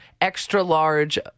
extra-large